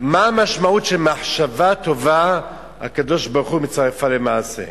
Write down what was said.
מה המשמעות שמחשבה טובה הקדוש-ברוך-הוא מצרף לה מעשה.